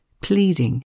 pleading